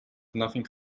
nothing